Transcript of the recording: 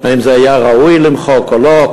אם היה ראוי למחוק או לא,